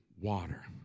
water